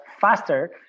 faster